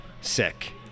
sick